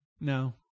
No